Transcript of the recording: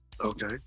Okay